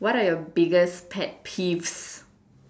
what are your biggest pet peeves